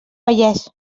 vallès